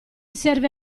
serve